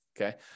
Okay